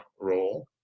role